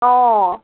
অঁ